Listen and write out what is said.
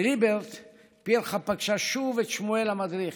בליבר פירחה פגשה שוב את שמואל המדריך.